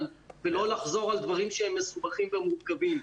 ולא לחזור על דברים שהם מסובכים ומורכבים.